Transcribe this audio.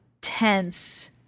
tense